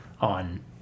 on